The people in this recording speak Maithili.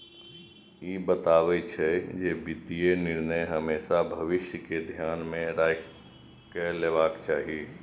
ई बतबै छै, जे वित्तीय निर्णय हमेशा भविष्य कें ध्यान मे राखि कें लेबाक चाही